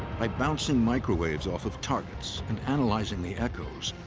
by bouncing microwaves off of targets and analyzing the echoes,